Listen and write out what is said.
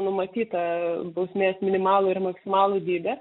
numatytą bausmės minimalų ir maksimalų dydį